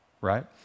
right